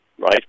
right